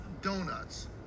donuts